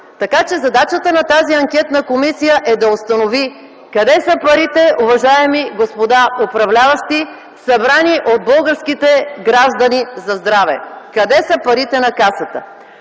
Така че, задачата на тази анкетна комисия е да установи: къде са парите, уважаеми господа управляващи, събрани от българските граждани за здраве? Къде са парите на Касата?